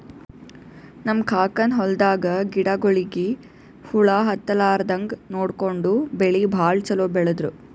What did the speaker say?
ನಮ್ ಕಾಕನ್ ಹೊಲದಾಗ ಗಿಡಗೋಳಿಗಿ ಹುಳ ಹತ್ತಲಾರದಂಗ್ ನೋಡ್ಕೊಂಡು ಬೆಳಿ ಭಾಳ್ ಛಲೋ ಬೆಳದ್ರು